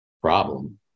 problem